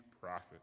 prophet